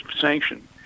sanction